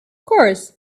course